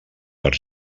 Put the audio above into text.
per